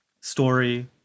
story